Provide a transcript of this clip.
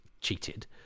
cheated